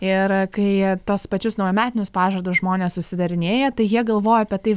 ir kai tuos pačius naujametinius pažadus žmonės susidarinėja tai jie galvoja apie tai